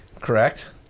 correct